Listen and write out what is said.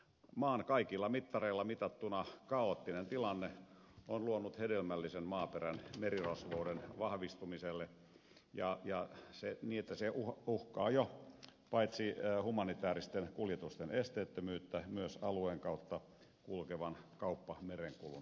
maan kaikilla mittareilla mitattuna kaoottinen tilanne on luonut hedelmällisen maaperän merirosvouden vahvistumiselle niin että se uhkaa jo paitsi humanitääristen kuljetusten esteettömyyttä myös alueen kautta kulkevan kauppamerenkulun turvallisuutta